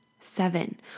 Seven